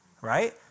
Right